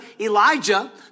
Elijah